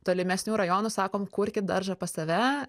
tolimesnių rajonų sakom kurkit daržą pas save